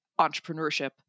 entrepreneurship